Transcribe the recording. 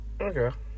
Okay